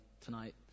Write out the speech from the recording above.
tonight